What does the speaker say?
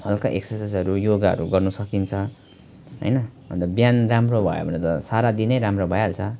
हल्का एक्सर्साइजहरू योगाहरू गर्नु सकिन्छ होइन अन्त बिहान राम्रो भयो भने त सारा दिनै राम्रो भइहाल्छ